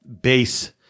base